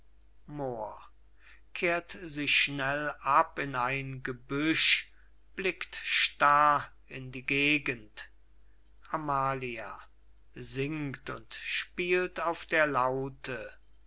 kehrt sich schnell ab in ein gebüsch blickt starr in die gegend amalia singt und spielt auf der laute